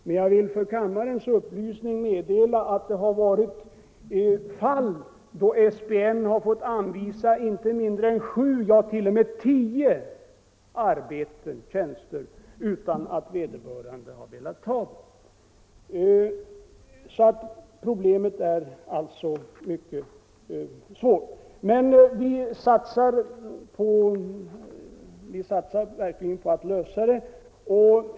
Men jag vill för kammarens upplysning meddela att det förekommit fall då SPN fått anvisa inte mindre än 7, ja t.o.m. 10 tjänster utan att vederbörande har velat ta den anvisade tjänsten. Problemet är alltså mycket svårt. Men vi satsar verkligen på att lösa det.